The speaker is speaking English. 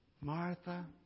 Martha